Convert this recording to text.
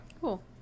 cool